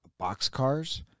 boxcars